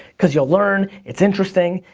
cause you'll learn, it's interesting,